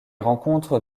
rencontres